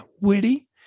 witty